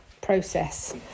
process